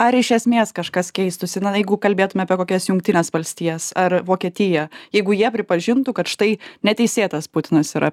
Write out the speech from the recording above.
ar iš esmės kažkas keistųsi na jeigu kalbėtume apie kokias jungtines valstijas ar vokietiją jeigu jie pripažintų kad štai neteisėtas putinas yra